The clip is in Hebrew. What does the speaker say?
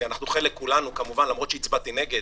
כי אנחנו חלק כולנו, למרות שהצבעתי נגד